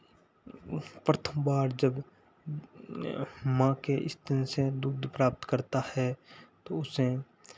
उस प्रथम बार जब माँ के स्तन से दूध प्राप्त करता है तो उसे